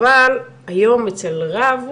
אבל היום אצל רב,